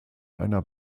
einer